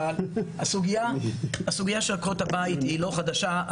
אבל הסוגיה של עקרות הבית אינה חדשה.